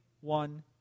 one